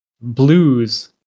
blues